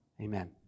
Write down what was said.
Amen